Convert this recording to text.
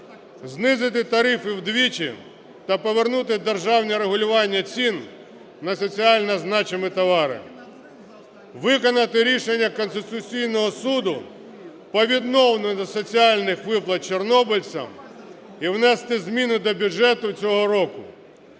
Знизити тарифи вдвічі та повернути державні регулювання цін на соціально значимі товари. Виконати рішення Конституційного Суду по відновленню соціальних виплат чорнобильцям і внести зміни до бюджету цього року.